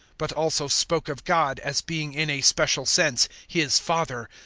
but also spoke of god as being in a special sense his father,